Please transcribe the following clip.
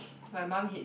my mum hid